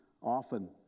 often